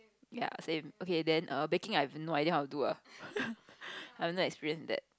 ya same okay then err baking I don't know how to do ah I haven't experience in that